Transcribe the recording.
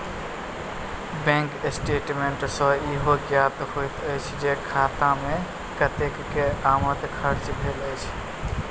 bank statement सॅ ईहो ज्ञात होइत अछि जे खाता मे कतेक के आमद खर्च भेल अछि